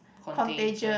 contagious